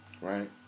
right